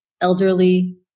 elderly